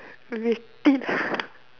வெட்டி:vetdi